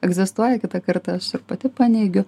egzistuoja kitą kartą aš ir pati paneigiu